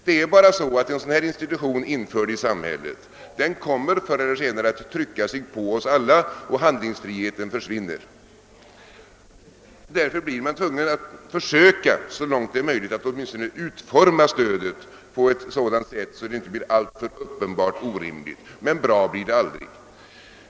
Det är bara så att en sådan här institution, införd i samhället, kommer förr eller senare att trycka sig på oss alla, och handlingsfriheten försvinner. Därför blir man tvungen att så långt det är möjligt åtminstone försöka utforma stödet på ett sådant sätt att det inte blir alltför uppenbart orimligt. Men bra blir det aldrig.